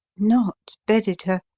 not bedded her